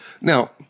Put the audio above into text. now